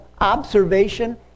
observation